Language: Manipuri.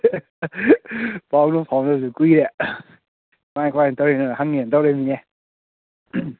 ꯄꯥꯎꯁꯨ ꯐꯥꯎꯅꯗꯕ ꯀꯨꯏꯔꯦ ꯀꯃꯥꯏ ꯀꯃꯥꯏ ꯇꯧꯔꯤꯒꯦꯅ ꯍꯪꯒꯦꯅ ꯇꯧꯔꯛꯏꯝꯅꯤ